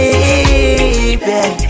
Baby